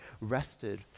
rested